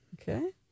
Okay